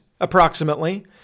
approximately